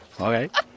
Okay